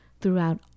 throughout